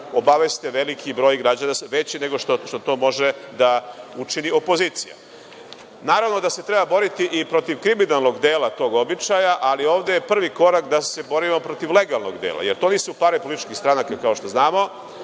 obaveste veliki broj građana, veći nego što to može da učini opozicija. Naravno da se treba boriti i protiv kriminalnog dela tog običaja, ali ovde je prvi korak da se borimo protiv legalnog dela. Jer, to nisu pare političkih stranaka, kao što znamo,